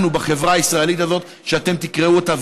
בחברה הישראלית הזאת כשאתם תקרעו אותה,